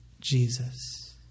Jesus